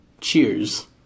cheers